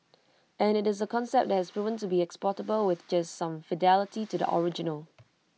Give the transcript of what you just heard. and IT is A concept that has proven to be exportable with just some fidelity to the original